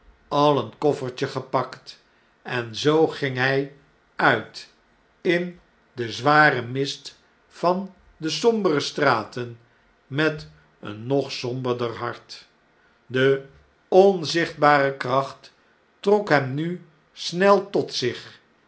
al een koffertje gepakt en zoo ging hy uit in den z waren mist van de sombere straten met een nog somberder hart de onzichtbare kracht trok hem nu sneltot zich